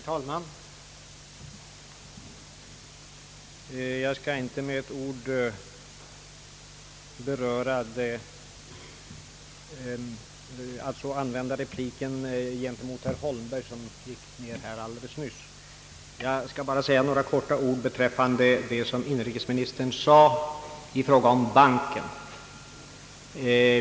Herr talman! Jag skall inte använda repliken gentemot herr Holmberg därför att jag anser det meningslöst utan bara säga några ord beträffande det som inrikesministern yttrade i fråga om banken.